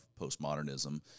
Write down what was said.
postmodernism